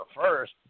first